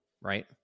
right